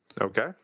Okay